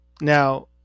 Now